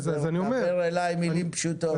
דבר אליי מילים פשוטות.